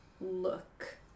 look